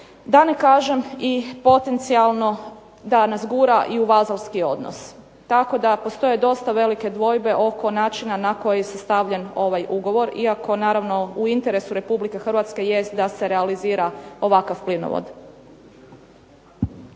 da ne kažem i potencijalno da nas gura i u vazalski odnos. Tako da postoje dosta velike dvojbe oko načina na koji je sastavljen ovaj ugovor, iako naravno u interesu Republike Hrvatske jest da se realizira ovakav plinovod.